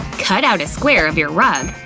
cut out a square of your rug